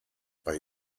bei